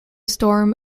storm